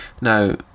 now